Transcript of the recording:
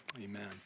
Amen